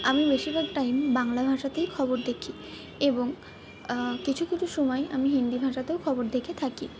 আমি বেশিরভাগ টাইম বাংলা ভাষাতেই খবর দেখি এবং কিছু কিছু সময় আমি হিন্দি ভাষাতেও খবর দেখে থাকি